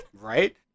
Right